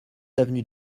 avenue